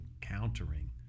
countering